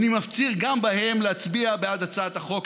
אני מפציר גם בהם להצביע בעד הצעת החוק.